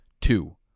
two